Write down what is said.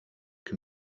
can